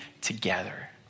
together